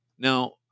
Now